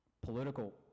political